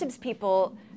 people